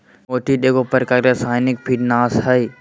निमेंटीड एगो प्रकार के रासायनिक कीटनाशक हइ